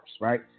Right